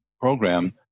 program